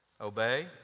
obey